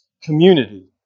community